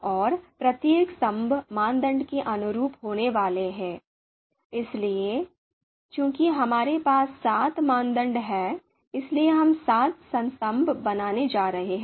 और प्रत्येक स्तंभ मानदंड के अनुरूप होने वाला है इसलिए चूंकि हमारे पास सात मानदंड हैं इसलिए हम सात स्तंभ बनाने जा रहे हैं